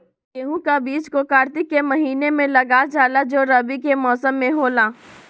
गेहूं का बीज को कार्तिक के महीना में लगा जाला जो रवि के मौसम में होला